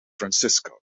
francisco